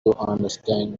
understand